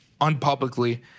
Unpublicly